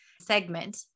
segment